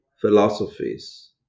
philosophies